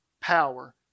power